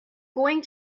going